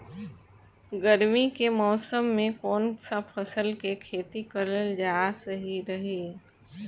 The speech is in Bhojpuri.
गर्मी के मौषम मे कौन सा फसल के खेती करल सही रही?